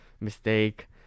mistake